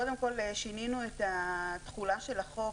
קודם כול, שינינו את התחולה של החוק.